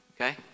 Okay